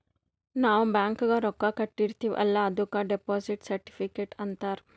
ನಾವ್ ಬ್ಯಾಂಕ್ಗ ರೊಕ್ಕಾ ಕಟ್ಟಿರ್ತಿವಿ ಅಲ್ಲ ಅದುಕ್ ಡೆಪೋಸಿಟ್ ಸರ್ಟಿಫಿಕೇಟ್ ಅಂತಾರ್